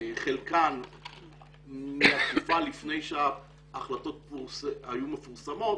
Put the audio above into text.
חלקן מהתקופה לפני שההחלטות היו מפורסמות